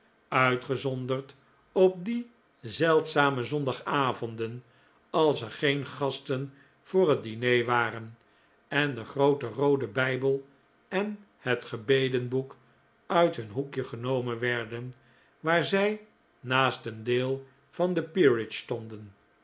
uitgezonderd op die zeldzame zondagavonden als er geen gasten voor het diner waren en de groote roode bijbel en het gebedenboek uit hun hoekje genomen werden waar zij naast een deel van de peerage stonden